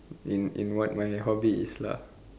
in in what my hobby is lah